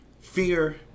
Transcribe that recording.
Fear